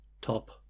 top